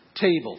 table